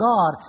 God